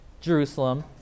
Jerusalem